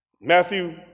Matthew